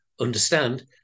understand